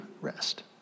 rest